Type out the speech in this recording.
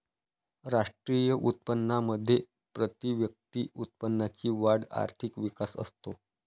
राष्ट्रीय उत्पन्नामध्ये प्रतिव्यक्ती उत्पन्नाची वाढ आर्थिक विकास असतो